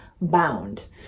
bound